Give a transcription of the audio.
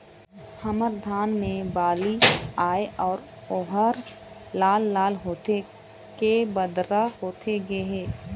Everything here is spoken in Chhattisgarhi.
हमर धान मे बाली आए हे ओहर लाल लाल होथे के बदरा होथे गे हे?